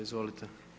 Izvolite.